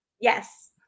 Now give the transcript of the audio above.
Yes